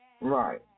Right